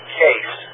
case